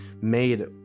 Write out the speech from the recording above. made